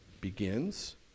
begins